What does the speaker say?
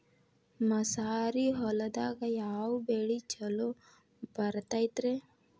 ಮಸಾರಿ ಹೊಲದಾಗ ಯಾವ ಬೆಳಿ ಛಲೋ ಬರತೈತ್ರೇ?